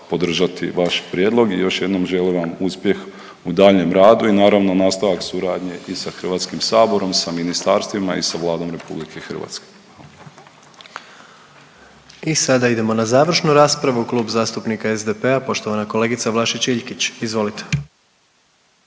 podržati vaš prijedlog i još jednom želim vam uspjeh u daljnjem radu i naravno nastavak suradnje i sa Hrvatskim saborom, sa ministarstvima i sa Vladom RH. **Jandroković, Gordan (HDZ)** I sada idemo na završnu raspravu. Klub zastupnika SDP-a poštovana kolegica Vlašić Iljkić. Izvolite.